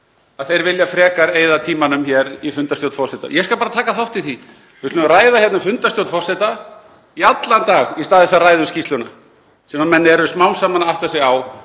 að þeir vilja frekar eyða tímanum hér í fundarstjórn forseta. Ég skal bara taka þátt í því. Við skulum ræða hérna um fundarstjórn forseta í allan dag í stað þess að ræða um skýrsluna sem menn eru smám saman að átta sig á